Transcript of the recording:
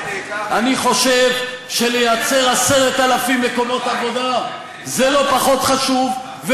אני חושב שלייצר 10,000 מקומות עבודה זה לא פחות חשוב,